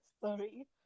sorry